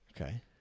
Okay